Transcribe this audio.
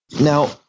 Now